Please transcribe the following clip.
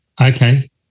Okay